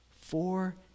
Four